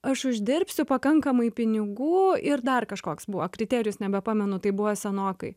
aš uždirbsiu pakankamai pinigų ir dar kažkoks buvo kriterijus nebepamenu tai buvo senokai